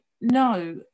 no